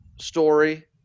story